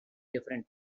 different